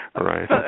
Right